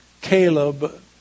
Caleb